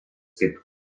kaip